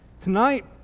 Tonight